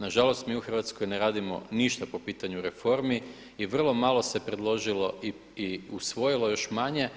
Nažalost, mi u Hrvatskoj ne radimo ništa po pitanju reformi i vrlo malo se predložilo i usvojilo još manje